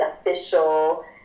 official